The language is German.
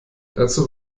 dazu